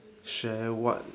share what